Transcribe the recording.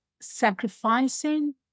sacrificing